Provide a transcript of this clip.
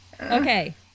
Okay